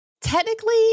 technically